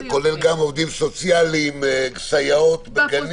זה כולל גם עובדים סוציאליים, סייעות בגנים.